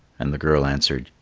and the girl answered,